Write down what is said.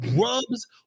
rubs